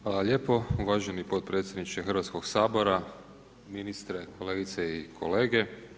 Hvala lijepo uvaženi potpredsjedniče Hrvatskog sabora, ministre, kolegice i kolege.